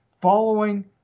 following